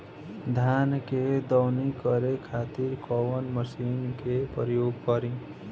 धान के दवनी करे खातिर कवन मशीन के प्रयोग करी?